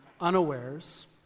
unawares